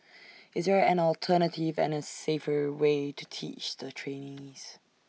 is there an alternative and A safer way to teach the trainees